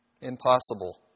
Impossible